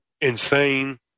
insane